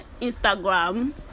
instagram